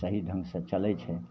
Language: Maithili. सही ढङ्गसे चलै छै